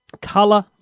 color